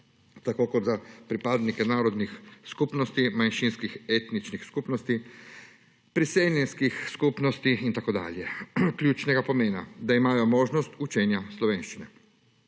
tako kot za pripadnike narodnih skupnosti, manjšinskih etničnih skupnosti, priseljenskih skupnosti in tako dalje ključnega pomena, da imajo možnost učenja slovenščine.